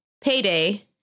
Payday